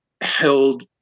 held